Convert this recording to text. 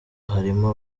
harimo